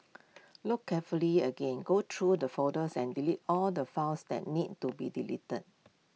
look carefully again go through the folders and delete all the files that need to be deleted